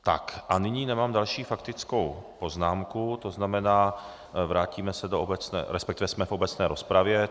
Tak a nyní nemám další faktickou poznámku, to znamená, vrátíme se do obecné, respektive jsme v obecné rozpravě.